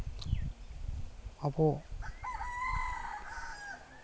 ᱟᱵᱚ